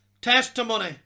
testimony